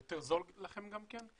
יותר זול לכם גם כן?